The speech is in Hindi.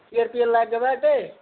पीयर पीयर लाग जबे ते